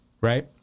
Right